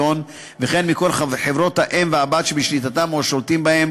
ועדת החוקה ששיתפו פעולה.